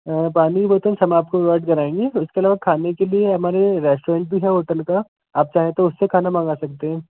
पानी की बोतल हम आपको प्रोवाइड कराएंगे उसके अलावा खाने के लिए हमारे रेस्टोरेंट भी हैं होटल का आप चाहें तो उससे खाना मंगा सकते हैं